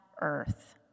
earth